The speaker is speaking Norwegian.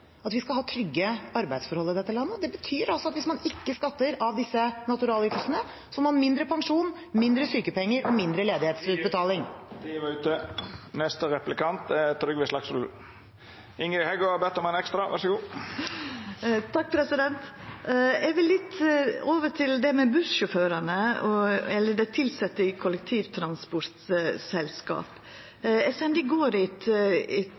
at vi skal ha trygge arbeidsforhold i dette landet. Det betyr altså at hvis man ikke skatter av disse naturalytelsene, får man mindre pensjon, mindre i sykepenger og mindre ledighetsutbetaling. Eg vil gå over til det med bussjåførane, eller dei tilsette i kollektivtransportselskap. Eg sende i går